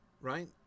right